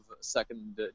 second